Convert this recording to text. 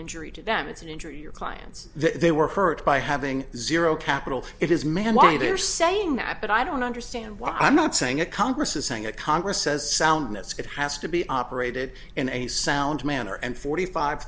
injury to them it's an injury to your clients that they were hurt by having zero capital it is man why they're saying that but i don't understand why i'm not saying a congress is saying a congress says soundness it has to be operated in a sound manner and forty five